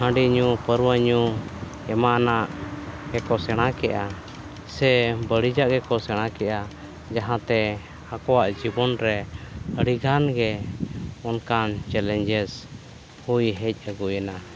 ᱦᱟᱺᱰᱤ ᱧᱩ ᱯᱟᱹᱨᱣᱟᱹ ᱧᱩ ᱮᱢᱟᱱᱟᱜ ᱛᱮᱠᱚ ᱥᱮᱬᱟ ᱠᱮᱫᱼᱟ ᱥᱮ ᱵᱟᱹᱲᱤᱡᱟᱜ ᱜᱮᱠᱚ ᱥᱮᱬᱟ ᱠᱮᱫᱼᱟ ᱡᱟᱦᱟᱸ ᱛᱮ ᱟᱠᱚᱣᱟᱜ ᱡᱤᱵᱚᱱ ᱨᱮ ᱟᱹᱰᱤᱜᱟᱱ ᱜᱮ ᱚᱱᱠᱟᱱ ᱪᱮᱞᱮᱧᱡᱮᱥ ᱦᱩᱭ ᱦᱮᱡ ᱟᱹᱜᱩᱭᱮᱱᱟ